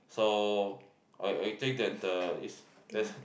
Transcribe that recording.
so I I think that uh it's best